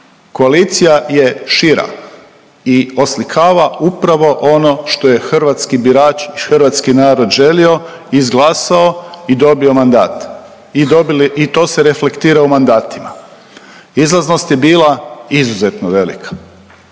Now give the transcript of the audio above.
koalicija je šira i oslikava upravo ono što je hrvatski birač i hrvatski narod želio, izglasao i dobio mandat i dobili i to se reflektira u mandatima. Izlaznost je bila izuzetno velika